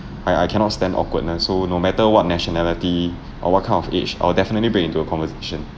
I I cannot stand awkwardness so no matter what nationality or what kind of age I will definitely bring break into a conversation